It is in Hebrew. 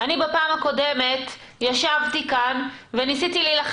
בפעם הקודמת ישבתי כאן וניסיתי להילחם